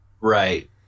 Right